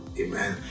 amen